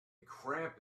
cramp